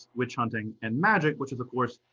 witch-hunting, and magic, which is of course,